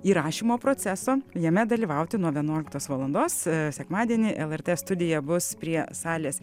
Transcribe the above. įrašymo proceso jame dalyvauti nuo vienuoliktos valandos sekmadienį lrt studija bus prie salės